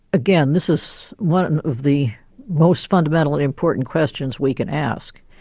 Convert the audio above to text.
again, this is one of the most fundamental and important questions we can ask.